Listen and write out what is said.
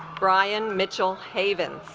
brian mitchell haven